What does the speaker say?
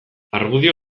argudio